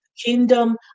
kingdom